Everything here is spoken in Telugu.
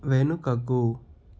వెనుకకు